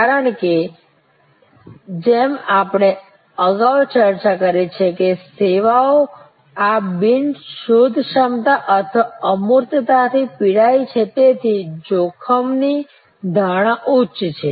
કારણ કે જેમ આપણે અગાઉ ચર્ચા કરી છે કે સેવાઓ આ બિન શોધક્ષમતા અથવા અમૂર્તતાથી પીડાય છે તેથી જોખમની ધારણા ઉચ્ચ છે